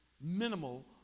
minimal